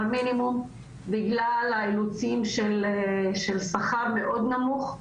מינימום בגלל האילוצים של שכר מאוד נמוך.